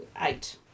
Eight